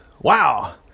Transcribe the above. Wow